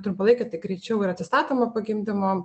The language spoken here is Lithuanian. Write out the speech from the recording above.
trumpalaikė tai greičiau yra atsistatoma po gimdymo